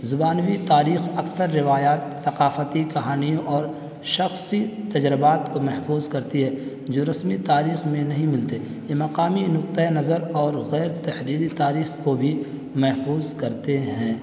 زبانی تاریخ اکثر روایات ثقافتی کہانیوں اور شخصی تجربات کو محفوظ کرتی ہے جو رسمی تاریخ میں نہیں ملتے یہ مقامی نقطۂ نظر اور غیرتحریری تاریخ کو بھی محفوظ کرتے ہیں